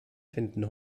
finden